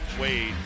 Wade